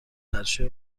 عرشه